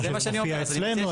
כמו שזה מופיע אצלנו,